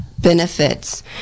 Benefits